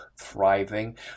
thriving